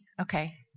Okay